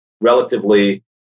relatively